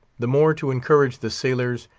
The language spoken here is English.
the more to encourage the sailors,